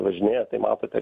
važinėję tai matote